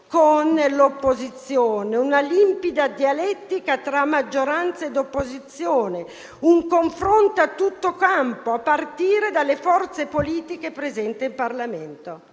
con l'opposizione, una limpida dialettica tra maggioranza ed opposizione; un confronto a tutto campo, a partire dalle forze politiche presenti in Parlamento.